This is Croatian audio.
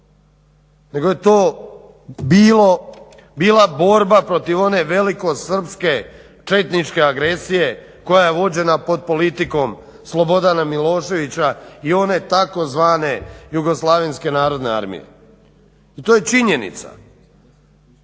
nego je to bila borba protiv one velikosrpske, četničke agresije koja je vođena pod politikom Slobodana Miloševića i one tzv. JNA-a i to je činjenica.